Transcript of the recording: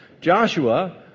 Joshua